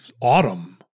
autumn